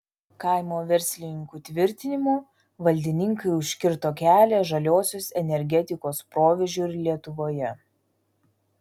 kaimo verslininkų tvirtinimu valdininkai užkirto kelią žaliosios energetikos proveržiui lietuvoje